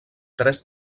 tres